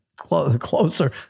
Closer